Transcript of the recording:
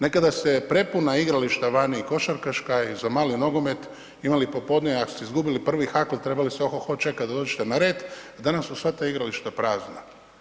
Nekada se prepuna igrališta vani i košarkaška i za mali nogomet imali popodne, ako ste izgubili prvi hakl, trebali su oho-ho čekati da dođete na red, danas su sva ta igrališta prazna.